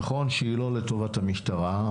נכון שהיא לא לטובת המשטרה,